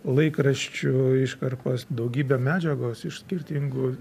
laikraščių iškarpas daugybę medžiagos iš skirtingų